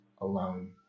alone